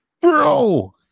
Bro